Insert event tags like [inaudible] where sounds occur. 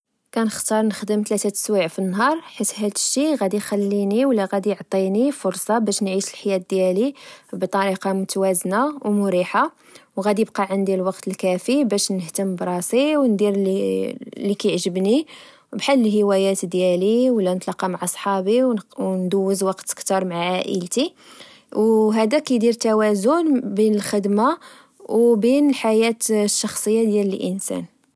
كنختار نخدم ثلاثة سوايع في النهار، حيت هاد الشي غدي خليني ولا يعطيني فرصة باش نعيش لحياةديالي بطريقة متوازنة ومريحة. وغدي يبقى عندي الوقت الكافي باش نهتم براسي، وندير [hesitation] اللي كعجبني، بحال الهوايات ديالي ،ولا نتلاقى مع صحابي وندوز وقت كتر مع عائلتيو هاد كدير توازن بين الخدمة وبين الحياة الشخصية ديال الإنسان